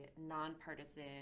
nonpartisan